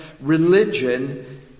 religion